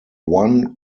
one